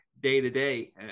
day-to-day